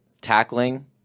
Tackling